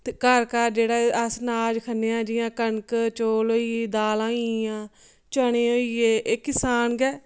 ते घर घर जेह्ड़ा एह् अस्स अनाज खन्ने आं जियां कनक चौल दालां होई गेइयां चने होई गे एह् किसान गै